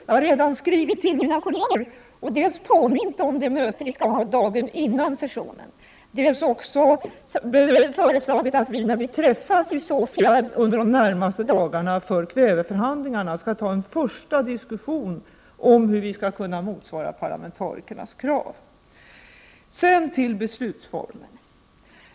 Jag har redan skrivit till mina kolleger, dels för att påminna om det möte vi skall ha dagen före sessionen, dels för att föreslå att vi, när vi träffas i Sofia under de närmaste dagarna för kväveförhandlingarna, skall ha en första diskussion om hur vi skall kunna motsvara parlamentarikernas krav. Så till beslutsformen.